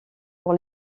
pour